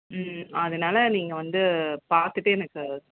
ம் அதனால் நீங்கள் வந்து பார்த்துட்டு எனக்கு